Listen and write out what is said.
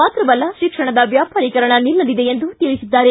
ಮಾತ್ರವಲ್ಲ ಶಿಕ್ಷಣದ ವ್ಯಾಪಾರೀಕರಣ ನಿಲ್ಲಲಿದೆ ಎಂದು ತಿಳಿಸಿದ್ದಾರೆ